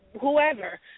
whoever